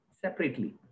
separately